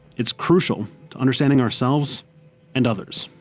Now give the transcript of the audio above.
it's crucial to understanding ourselves and others.